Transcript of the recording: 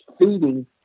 feeding